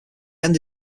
end